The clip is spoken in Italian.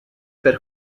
per